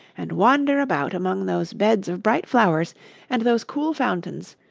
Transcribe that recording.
and wander about among those beds of bright flowers and those cool fountains,